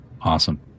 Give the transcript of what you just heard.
awesome